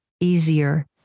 easier